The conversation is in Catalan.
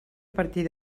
partir